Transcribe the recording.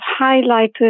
highlighted